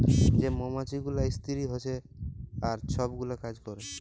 যে মমাছি গুলা ইস্তিরি হছে আর ছব গুলা কাজ ক্যরে